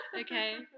Okay